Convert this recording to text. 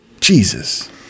Jesus